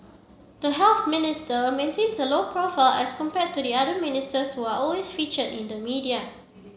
the Health Minister maintains a low profile as compared to the other ministers who are always featured in the media